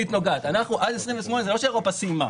עד 2028 זה לא שאירופה סיימה,